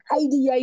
ADA